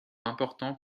important